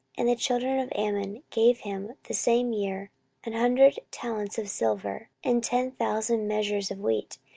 and the children of ammon gave him the same year an hundred talents of silver, and ten thousand measures of wheat,